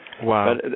Wow